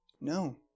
No